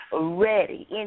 ready